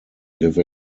give